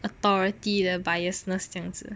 authority 的 biasness 这样子